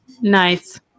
Nice